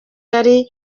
yari